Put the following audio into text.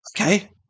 okay